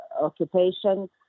occupation